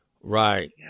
Right